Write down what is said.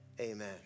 Amen